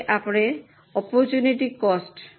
હવે opportunity cost